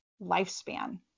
lifespan